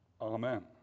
Amen